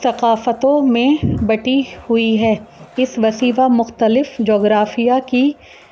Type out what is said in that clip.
ثقافتوں میں بٹی ہوئی ہے اس وسیع و مختلف جغرافیہ کی